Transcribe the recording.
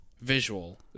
visual